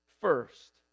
first